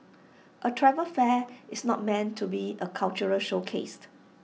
A travel fair is not meant to be A cultural showcase